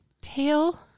tail